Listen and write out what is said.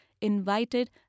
invited